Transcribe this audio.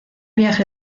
viaje